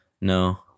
no